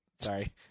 Sorry